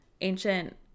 ancient